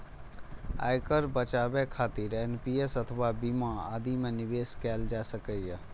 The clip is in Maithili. आयकर बचाबै खातिर एन.पी.एस अथवा बीमा आदि मे निवेश कैल जा सकैए